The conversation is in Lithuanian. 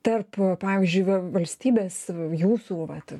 tarp pavyzdžiui valstybės jūsų vat